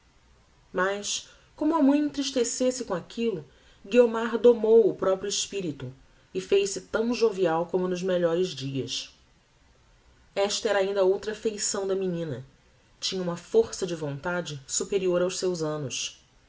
mas como a mãe entristecesse com aquillo guiomar domou o proprio espirito e fez-se tão jovial como nos melhores dias esta era ainda outra feição da menina tinha uma força de vontade superior aos seus annos